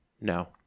no